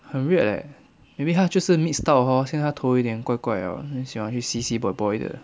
很 weird eh maybe 他就是 mixed up hor 现在他头有一点怪怪 liao 很喜欢去 see see boy boy 的